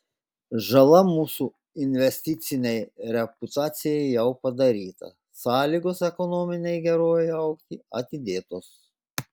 žala mūsų investicinei reputacijai jau padaryta sąlygos ekonominei gerovei augti atidėtos